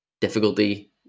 difficulty